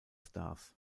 stars